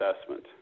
assessment